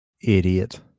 Idiot